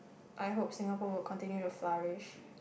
I hope Singapore will continue to flourish